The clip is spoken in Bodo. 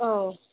औ